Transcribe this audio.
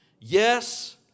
Yes